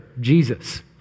Jesus